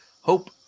hope